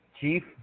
chief